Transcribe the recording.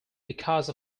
because